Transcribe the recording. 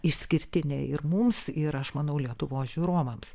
išskirtinė ir mums ir aš manau lietuvos žiūrovams